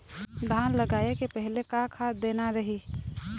धान लगाय के पहली का खाद देना रही?